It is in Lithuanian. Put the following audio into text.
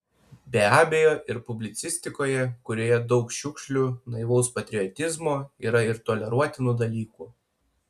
be abejo ir publicistikoje kurioje daug šiukšlių naivaus patriotizmo yra ir toleruotinų dalykų